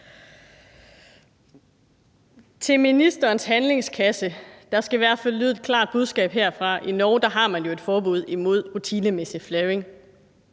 til ministerens handlingskasse skal der i hvert fald lyde et klart budskab herfra: I Norge har man jo et forbud imod rutinemæssig flaring,